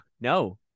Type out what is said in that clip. no